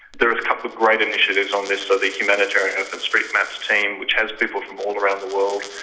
there is a couple of great initiatives on this, so the humanitarian open street map team, which has people from all around the world,